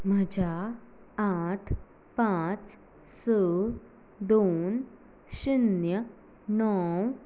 म्हज्या आठ पांच स दोन शून्य णव